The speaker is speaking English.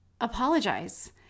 Apologize